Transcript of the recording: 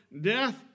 death